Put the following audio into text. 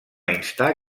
instar